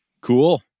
Cool